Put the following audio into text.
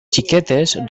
xiquetes